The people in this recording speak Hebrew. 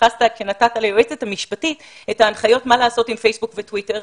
והתייחסת כשנתת ליועצת המשפטית את ההנחיות מה לעשות עם פייסבוק וטוויטר.